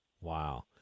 Wow